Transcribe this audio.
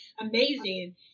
amazing